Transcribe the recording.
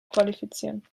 qualifizieren